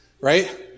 Right